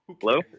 Hello